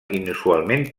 inusualment